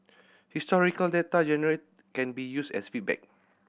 historical data generated can be used as feedback